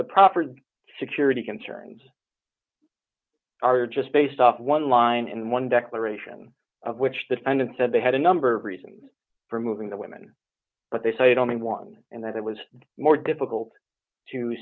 the proffered security concerns are just based off one line and one declaration of which the defendant said they had a number of reasons for moving the women but they cited only one and that it was more difficult to